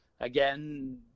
again